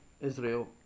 Israel